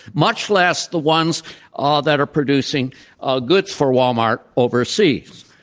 much less the ones ah that are producing ah goods for walmart overseas.